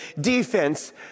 defense